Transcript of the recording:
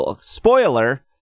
Spoiler